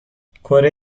کره